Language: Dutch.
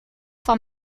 van